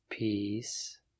Peace